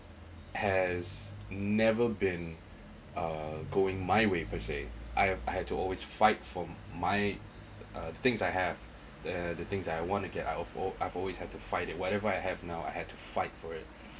has never been uh going my way per se I have had to always fight for my uh things I have uh the things I want to get out of all I've always had to fight that whatever I have now I had to fight for it